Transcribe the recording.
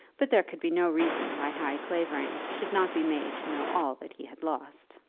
but there could be no reason why harry clavering should not be made to know all that he had lost.